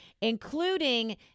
including